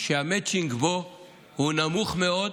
שהמצ'ינג בו הוא נמוך מאוד,